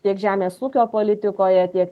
tiek žemės ūkio politikoje tiek